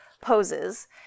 poses